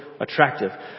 attractive